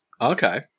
Okay